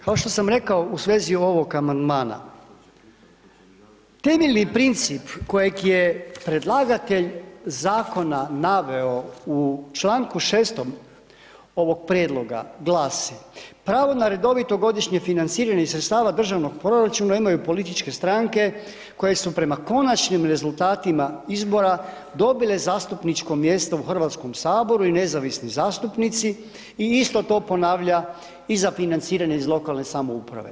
Kao što sam rekao u svezi ovog amandmana, temeljni princip kojeg je predlagatelj zakona naveo u čl. 6. ovog prijedloga, glasi, pravo na redovito godišnje financiranih sredstava državnog proračuna imaju političke stranke koje su prema konačnim rezultatima izbora dobile zastupničko mjesto u HS-u i nezavisni zastupnici i isto to ponavlja i za financiranje iz lokalne samouprave.